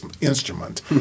instrument